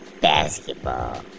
basketball